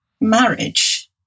marriage